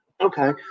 okay